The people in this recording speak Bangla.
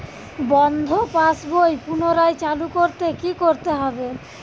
বন্ধ পাশ বই পুনরায় চালু করতে কি করতে হবে?